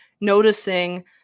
noticing